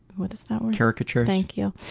what is that word? caricature? thank you.